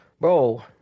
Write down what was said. Bro